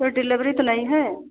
कोई डिलेवरी तो नहीं है